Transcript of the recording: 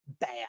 bad